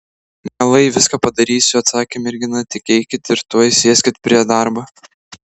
mielai viską padarysiu atsakė mergina tik eikit ir tuoj sėskit prie darbo